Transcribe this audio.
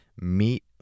meet